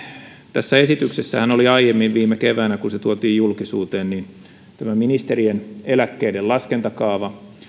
tässä esityksessähän oli aiemmin viime keväänä kun se tuotiin julkisuuteen tämä ministerien eläkkeiden laskentakaava